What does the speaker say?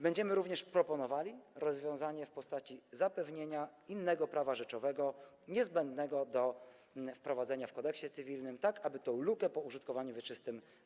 Będziemy również proponowali rozwiązanie w postaci zapewnienia innego prawa rzeczowego, niezbędnego do wprowadzenia w Kodeksie cywilnym, tak aby zapełnić lukę po użytkowaniu wieczystym.